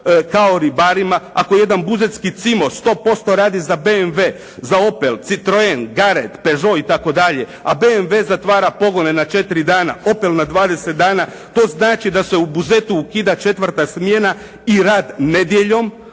kao ribarima, ako jedan buzetski Cimos 100% radi za BMW, za Opel, Citroen, Garrett, Peugeot itd., a BMW zatvara pogone na 4 dana, Opel na 20 dana, to znači da se u Buzetu ukida 4. smjena i rad nedjeljom